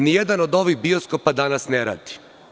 Ni jedan od ovih bioskopa danas ne radi.